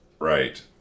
right